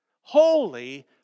Holy